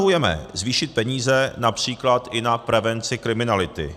Navrhujeme zvýšit peníze například i na prevenci kriminality.